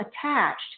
attached